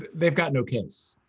they've got no case.